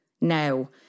now